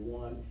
one